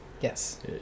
Yes